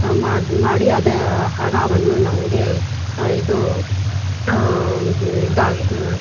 ಮಾಡಿ ಮಾಡಿ ಅದ ಹಣವನ್ನು ನಮಗೆ ಇದು ಇದು